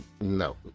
No